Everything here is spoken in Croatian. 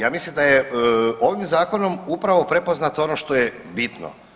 Ja mislim da je ovim Zakonom upravo prepoznato ono što je bitno.